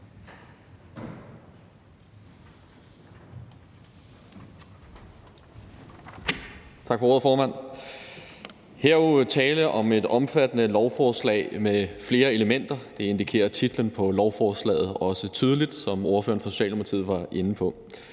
Tak for ordet, formand. Her er jo tale om et omfattende lovforslag med flere elementer. Det indikerer titlen på lovforslaget også tydeligt, som ordføreren for Socialdemokratiet var inde på.